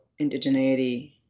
indigeneity